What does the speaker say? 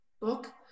book